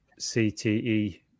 CTE